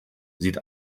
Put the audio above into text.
sieht